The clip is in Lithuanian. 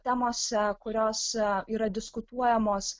temose kurios a yra diskutuojamos